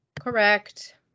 Correct